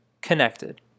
connected